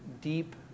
deep